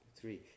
three